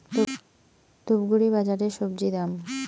ধূপগুড়ি বাজারের স্বজি দাম?